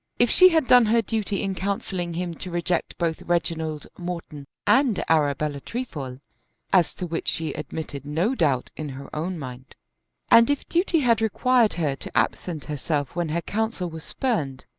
if she had done her duty in counselling him to reject both reginald morton and arabella trefoil as to which she admitted no doubt in her own mind and if duty had required her to absent herself when her counsel was spurned,